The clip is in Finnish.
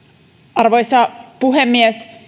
arvoisa puhemies